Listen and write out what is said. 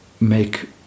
make